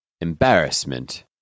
embarrassment